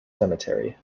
cemetery